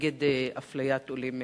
נגד אפליית עולים מאתיופיה.